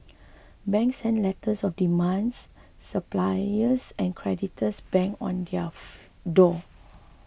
banks sent letters of demands suppliers and creditors banged on their door